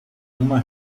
uma